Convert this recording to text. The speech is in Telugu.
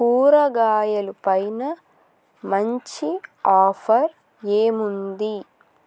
కూరగాయలు పైన మంచి ఆఫర్ ఏముంది